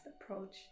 approach